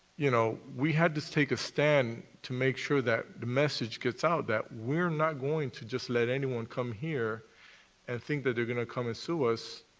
you know, we had to take a stand to make sure that the message gets out that we're not going to just let anyone come here and think that they're going to come and sue us